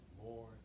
more